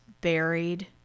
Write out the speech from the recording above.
buried